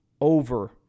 over